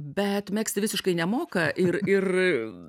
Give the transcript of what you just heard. bet megzti visiškai nemoka ir ir